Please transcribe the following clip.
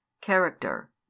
character